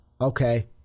Okay